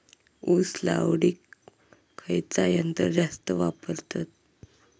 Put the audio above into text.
ऊस लावडीक खयचा यंत्र जास्त वापरतत?